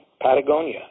Patagonia